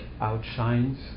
outshines